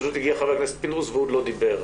פשוט הגיע חבר הכנסת פינדרוס והוא עוד לא דיבר.